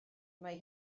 mae